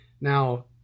Now